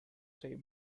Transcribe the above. say